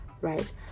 right